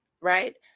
right